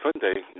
Sunday